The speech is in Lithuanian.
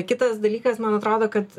kitas dalykas man atrodo kad